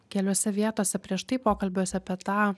keliose vietose prieš tai pokalbiuose apie tą